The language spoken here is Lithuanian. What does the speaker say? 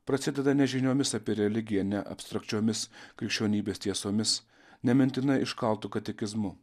prasideda ne žiniomis apie religiją ne abstrakčiomis krikščionybės tiesomis ne mintinai iškaltu katekizmu